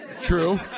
True